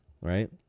right